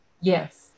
Yes